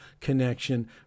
connection